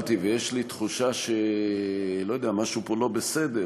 שקיבלתי ויש לי תחושה, לא יודע, שמשהו פה לא בסדר.